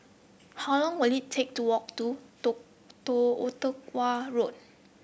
how long will it take to walk to Ottawa Road